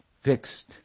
fixed